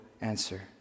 answer